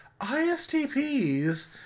ISTPs